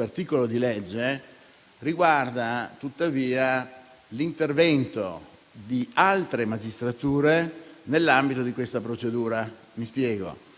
articolo di legge riguarda tuttavia l'intervento di altre magistrature nell'ambito di questa procedura. Mi spiego: